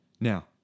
Now